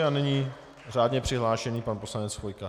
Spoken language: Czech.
A nyní řádně přihlášený pan poslanec Chvojka.